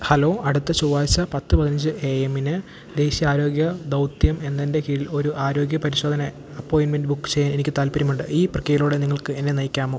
hello അടുത്ത ചൊവ്വാഴ്ച പത്ത് പതിനഞ്ച് എ എമ്മിന് ദേശീയ ആരോഗ്യ ദൗത്യം എന്നതിൻ്റെ കീഴിൽ ഒരു ആരോഗ്യ പരിശോധന അപ്പോയിൻമെൻ്റ് ബുക്ക് ചെയ്യാൻ എനിക്ക് താൽപ്പര്യമുണ്ട് ഈ പ്രക്രിയയിലൂടെ നിങ്ങൾക്ക് എന്നെ നയിക്കാമോ